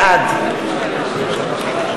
בעד